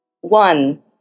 One